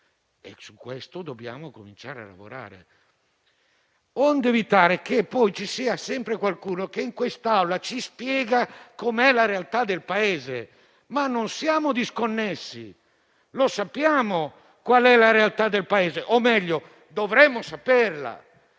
Su questo dobbiamo cominciare a lavorare, onde evitare che poi ci sia sempre qualcuno in quest'Aula a spiegarci com'è la realtà del Paese. Non siamo disconnessi: sappiamo qual è la realtà del Paese, o meglio, dovremmo saperla.